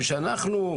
לגירעון,